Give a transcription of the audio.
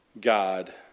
God